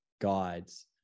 guides